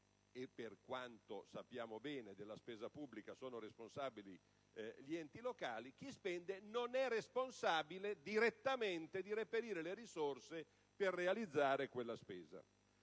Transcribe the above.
e per quanto, sappiamo bene, della spesa pubblica sono responsabili gli enti locali - non è responsabile direttamente del reperimento delle risorse per realizzare quella spesa.